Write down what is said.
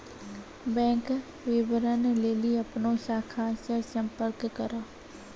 bank विबरण लेली अपनो शाखा से संपर्क करो